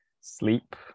sleep